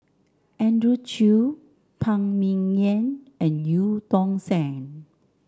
Andrew Chew Phan Ming Yen and Eu Tong Sen